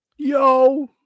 Yo